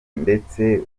ndetse